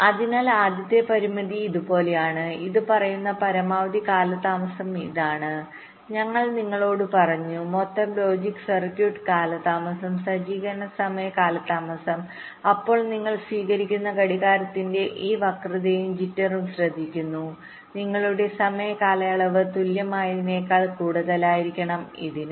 അതിനാൽ ആദ്യത്തെ പരിമിതി ഇതുപോലെയാണ് ഇത് പറയുന്ന പരമാവധി കാലതാമസം ഇതാണ് ഞങ്ങൾ നിങ്ങളോട് പറഞ്ഞു മൊത്തം ലോജിക് സർക്യൂട്ട് കാലതാമസം സജ്ജീകരണ സമയ കാലതാമസം അപ്പോൾ നിങ്ങൾ സ്വീകരിക്കുന്ന ഘടികാരത്തിന്റെ ഈ വക്രതയും ജിറ്റർ ഉം ശ്രദ്ധിക്കുന്നു നിങ്ങളുടെ സമയ കാലയളവ് തുല്യമായതിനേക്കാൾ കൂടുതലായിരിക്കണം ഇതിന്